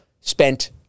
spent